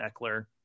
Eckler